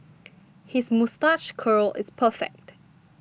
his moustache curl is perfect